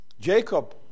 Jacob